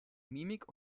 mimik